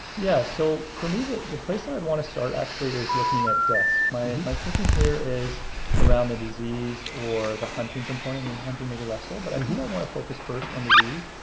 yeah, so for me, the the place i'd wanna start actually is looking at deaths. my and my thinking here is around the disease or the hunting component in hunting, maybe less so. but i think i wanna focus first on disease,